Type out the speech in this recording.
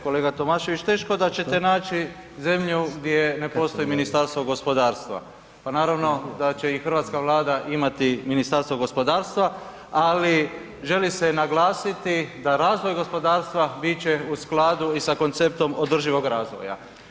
Kolega Tomašević, teško da ćete naći zemlju gdje ne postoji ministarstvo gospodarstva, pa naravno da će i hrvatska Vlada imati Ministarstvo gospodarstva, ali želi se naglasiti da razvoj gospodarstva bit će u skladu i sa konceptom održivog razvoja.